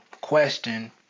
question